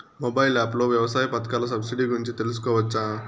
Mobile app లో వ్యవసాయ పథకాల సబ్సిడి గురించి తెలుసుకోవచ్చా?